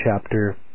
chapter